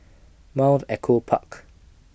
Mount Echo Park